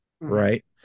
right